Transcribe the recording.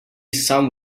some